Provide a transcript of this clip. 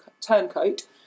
Turncoat